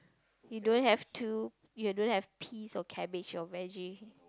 you don't have two you don't have peas or cabbage or veggie